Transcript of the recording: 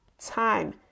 time